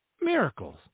miracles